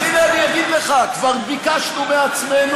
אז הנה אני אגיד לך: כבר ביקשנו מעצמנו